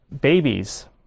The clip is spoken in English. babies